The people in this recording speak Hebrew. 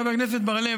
חבר הכנסת בר-לב,